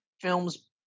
films